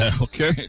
Okay